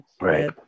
Right